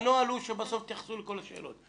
הנוהל הוא שבסוף יתייחסו לכל השאלות.